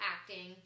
acting